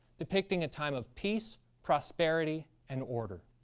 depicting a time of peace, prosperity and order.